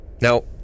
Now